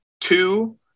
two